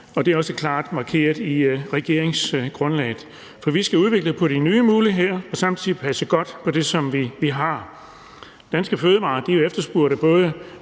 det er også klart markeret i regeringsgrundlaget. For vi skal udvikle på de nye muligheder og samtidig passe godt på det, som vi har. Danske fødevarer er efterspurgte både